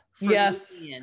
Yes